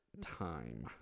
time